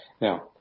Now